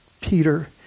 Peter